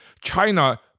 China